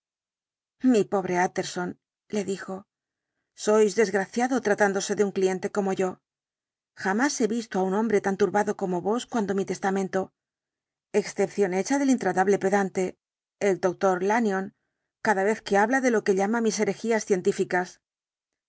mi pobre utterson le dijo sois desgraciado tratándose de un cliente como yo jamás he visto á un hombre tan turbado como vos cuando mi testamento excepción hecha del intratable pedante el doctor lanyón cada vez que habla de lo que llama mis herejías científicas